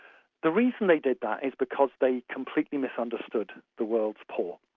the reason they did that is because they completely misunderstood the world's poor.